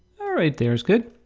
all right, there's good.